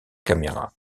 caméra